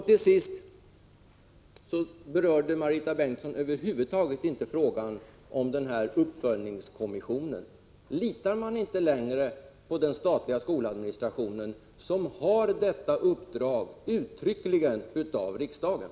Till sist: Marita Bengtsson berörde över huvud taget inte frågan om uppföljningskommissionen. Litar man inte längre på den statliga skoladministrationen, som uttryckligen har fått detta uppdrag av riksdagen?